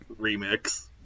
remix